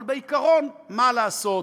אבל בעיקרון, מה לעשות,